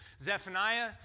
Zephaniah